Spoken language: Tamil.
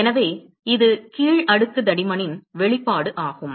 எனவே இது கீழ் அடுக்கு தடிமனின் வெளிப்பாடு ஆகும்